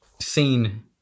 seen